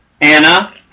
Anna